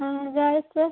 girls